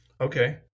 Okay